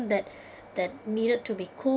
that that needed to be cool